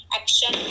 action